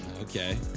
Okay